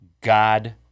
God